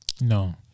No